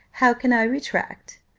how can i retract?